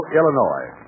Illinois